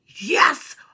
Yes